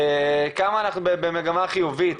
כמה אנחנו במגמה חיובית